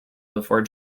before